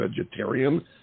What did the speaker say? vegetarian